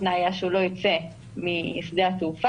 התנאי היה שהוא לא ייצא משדה התעופה.